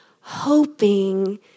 hoping